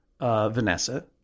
Vanessa